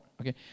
okay